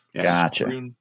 gotcha